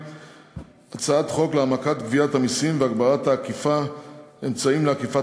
הצעת חוק להעמקת גביית המסים והגברת האכיפה (אמצעים לאכיפת